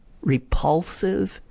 repulsive